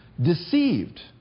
Deceived